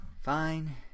Fine